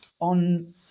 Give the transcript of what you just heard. on